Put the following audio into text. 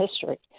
history